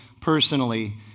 personally